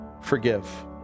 Forgive